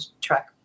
track